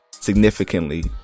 significantly